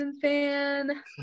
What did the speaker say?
fan